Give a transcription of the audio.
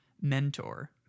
mentor